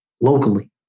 locally